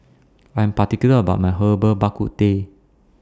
I Am particular about My Herbal Bak Ku Teh